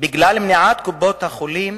כי קופות-החולים